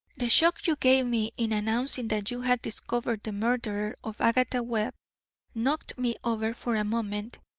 the shock you gave me in announcing that you had discovered the murderer of agatha webb knocked me over for a moment,